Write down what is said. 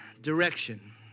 Direction